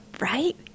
right